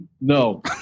No